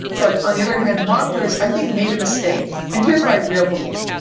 but on the other hand, modelers, i think, made a mistake. and here's my real belief.